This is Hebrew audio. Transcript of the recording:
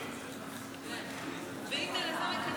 יכול להיות שזה גם יעניין גם אותך,